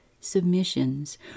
submissions